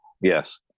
Yes